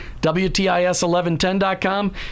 WTIS1110.com